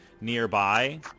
nearby